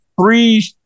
three